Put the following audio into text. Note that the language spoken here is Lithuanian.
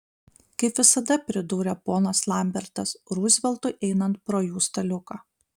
kaip visada pridūrė ponas lambertas ruzveltui einant pro jų staliuką